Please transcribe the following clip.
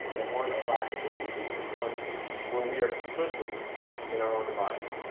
and one of lack of agency and one where we are complicit in our own demise.